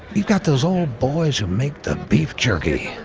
you got those ol' boys who make the beef jerky.